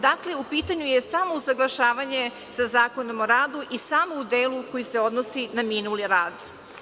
Dakle, u pitanju je samo usaglašavanje sa Zakonom o radu i samo u delu koji se odnosi na minuli rad.